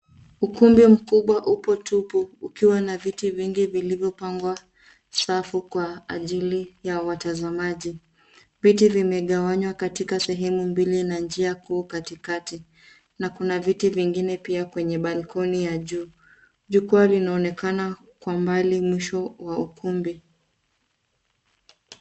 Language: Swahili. Ukumbi mkubwa upo tupu ukiwa na viti vingi vilivyopangwa safu kwa ajili ya watazamaji. Viti vimegawanywa katika sehemu mbili na njia kuu katikati na kuna viti vingine pia kwenye balkoni ya juu. Jukwaa linaonekana kwa mbali mwisho wa ukumbi.